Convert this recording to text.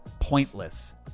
pointless